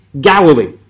Galilee